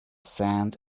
sand